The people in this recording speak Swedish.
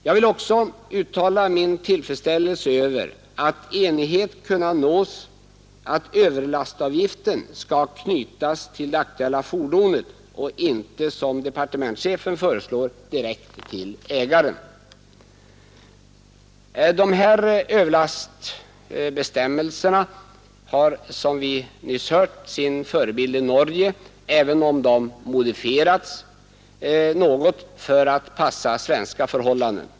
Jag vill också uttala min tillfredsställelse över att enhet kunnat nås om att överlastavgiften skall knytas till det aktuella fordonet och inte som departementschefen föreslår direkt till ägaren. De här överlastningsbestämmelserna har, som vi nyss hört, sin förebild i Norge, även om de modifierats något för att passa svenska förhållanden.